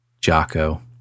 jocko